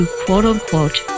quote-unquote